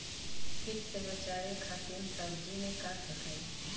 कीट से बचावे खातिन सब्जी में का फेकाई?